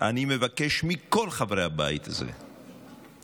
אני מבקש מכל חברי הבית הזה להפנים